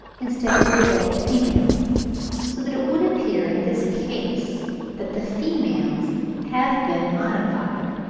instead of the adult females so that it would appear in this case that the females have been modified,